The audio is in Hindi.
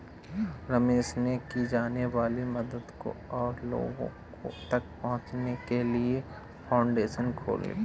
रमेश ने की जाने वाली मदद को और लोगो तक पहुचाने के लिए फाउंडेशन खोली